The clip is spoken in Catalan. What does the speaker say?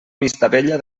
vistabella